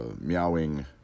meowing